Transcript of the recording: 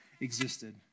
existed